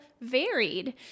varied